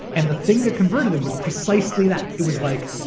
and the thing that converted them was precisely that. it was like,